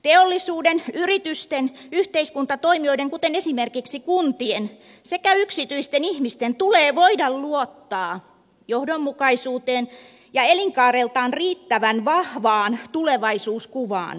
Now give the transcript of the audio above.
teollisuuden yritysten yhteiskuntatoimijoiden kuten esimerkiksi kuntien sekä yksityisten ihmisten tulee voida luottaa johdonmukaisuuteen ja elinkaareltaan riittävän vahvaan tulevaisuuskuvaan tiekarttaan